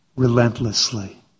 Relentlessly